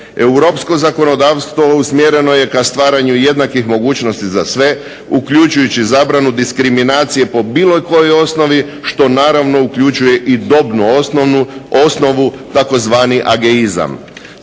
Europsko zakonodavstvo usmjereno je k stvaranju jednakih mogućnosti za sve, uključujući zabranu diskriminacije po bilo kojoj osnovi što naravno uključuje i dobnu osnovu tzv. ageizam.